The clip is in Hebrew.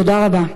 תודה רבה.